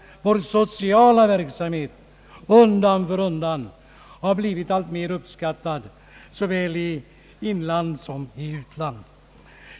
Vår sociala verksamhet däremot har undan för undan blivit alltmer uppskattad såväl i inland som i utland.